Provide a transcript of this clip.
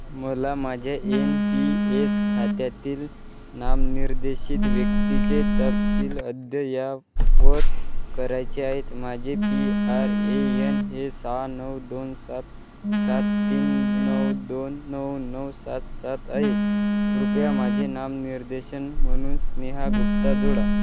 मला माझ्या N P S खात्यातील नाम निर्देशित व्यक्तीचे तपशील अद्ययावत करायचे आहेत माझे पी आर ए यन हे सहा नऊ दोन सात सात तीन नऊ दोन नऊ नऊ सात सात आहे कृपया माझे नाम निर्देशन म्हणून स्नेहा गुप्ता जोडा